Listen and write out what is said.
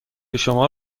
شما